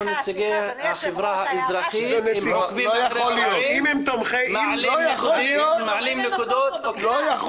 נציגי החברה הערבית מעלים נקודות --- לא יכול